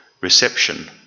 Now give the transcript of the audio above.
reception